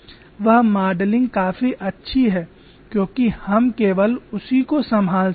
वह मॉडलिंग काफी अच्छी है क्योंकि हम केवल उसी को संभाल सकते हैं